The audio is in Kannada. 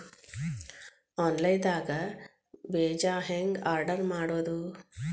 ಆನ್ಲೈನ್ ದಾಗ ಬೇಜಾ ಹೆಂಗ್ ಆರ್ಡರ್ ಮಾಡೋದು?